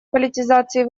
политизации